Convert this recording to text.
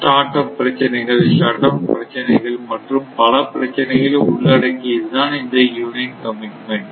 start up பிரச்சினைகள் shutdown பிரச்சினைகள் மற்றும் பல பிரச்சினைகளை உள்ளடக்கியது தான் இந்த யூனிட் கமிட்மென்ட்